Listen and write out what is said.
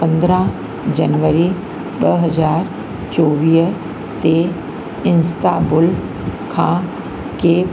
पंद्रहं जनवरी ॿ हज़ार चोवीह ते इस्तांबुल खां केप